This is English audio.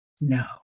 No